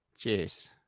Cheers